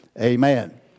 amen